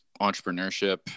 entrepreneurship